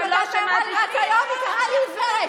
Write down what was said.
אני לא שמעתי שהיא, רק היום היא קראה לי עיוורת.